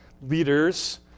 leaders